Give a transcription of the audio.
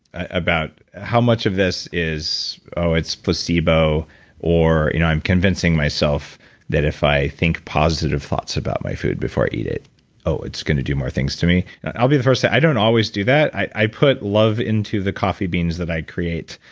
how much of this is oh it's placebo or you know i'm convincing myself that if i think positive thoughts about my food before i eat it oh it's going to do more things to me. i'll be the first to. i don't always do that. i put love into the coffee beans that i create.